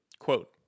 Quote